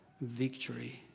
victory